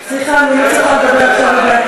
סליחה, אני לא צריכה עכשיו לומר את דעתי.